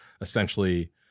essentially